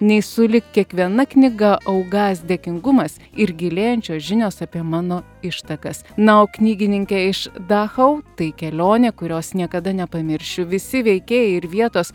nei sulig kiekviena knyga augąs dėkingumas ir gilėjančios žinios apie mano ištakas na o knygininkė iš dachau ai kelionė kurios niekada nepamiršiu visi veikėjai ir vietos